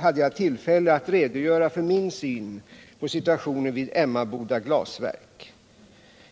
hade jag tillfälle att redogöra för min syn på situationen vid Emmaboda Gtlasverk.